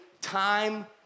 time